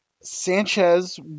Sanchez